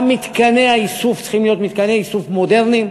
גם מתקני האיסוף צריכים להיות מתקני איסוף מודרניים,